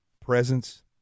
presence